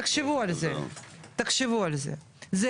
תחשבו על זה תחשבו על זה,